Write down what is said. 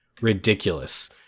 ridiculous